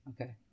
Okay